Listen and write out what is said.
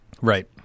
right